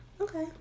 Okay